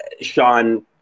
Sean